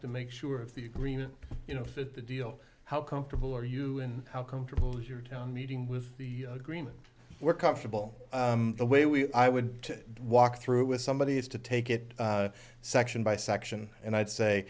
to make sure of the agreement you know that the deal how comfortable are you and how comfortable your town meeting with the agreement we're comfortable the way we i would walk through it somebody has to take it section by section and i'd say